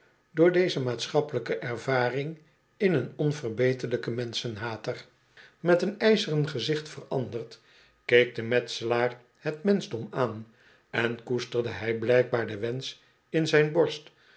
door deze maatschappelijke ervaring in een onverbeterlijk on m en schen hater met een ijzeren gezicht veranderd keek de metselaar het menschdom aan en koesterde hij blijkbaar den wensch in zijn borst